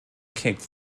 kicked